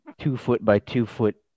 two-foot-by-two-foot